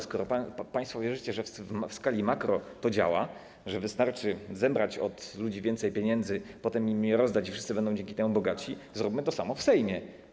Skoro państwo wierzycie, że w skali makro to działa, że wystarczy zebrać od ludzi więcej pieniędzy, potem im je rozdać i wszyscy będą dzięki temu bogatsi, zróbmy to samo w Sejmie.